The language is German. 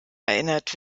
erinnert